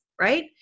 right